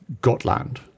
Gotland